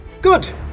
Good